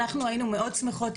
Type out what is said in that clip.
אנחנו היינו מאוד שמחות,